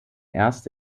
erste